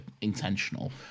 intentional